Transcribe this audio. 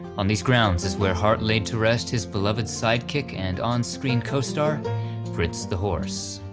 on these grounds is where hart laid to rest his beloved sidekick and on-screen co-star fritz the horse.